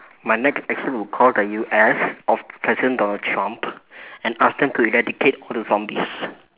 my next action will call the U_S of president donald-trump and ask them to eradicate all the zombies